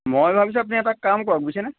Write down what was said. মই ভাবিছোঁ আপুনি এটা কাম কৰক বুইছেনে